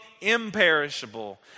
imperishable